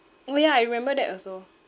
orh ya I remember that also